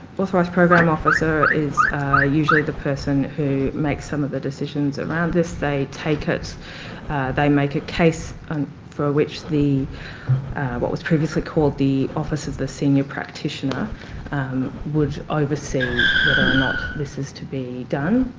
authorised program officer is usually the person who makes some of the decisions around this. they take it they make a case um for which the what was previously called the office of the senior practitioner would oversee whether or not this is to be done.